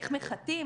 זה נחמד,